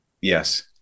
Yes